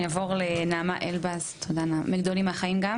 אני אעבור לנעמה אלבז מעמותת ׳גדולים מהחיים׳.